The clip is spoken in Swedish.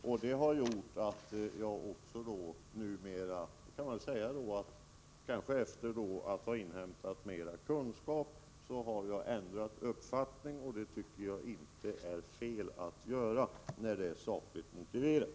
Man kan säga att jag efter att ha inhämtat mer kunskap har ändrat uppfattning — det tycker jag inte är fel att göra när det är sakligt motiverat.